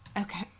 Okay